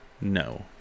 No